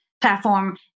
platform